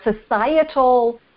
societal